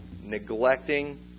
neglecting